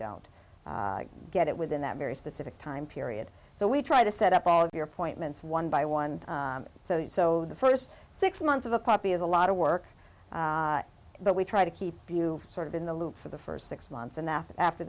don't get it within that very specific time period so we try to set up all of your appointments one by one so you so the first six months of a poppy is a lot of work but we try to keep you sort of in the loop for the first six months and then after